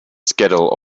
schedule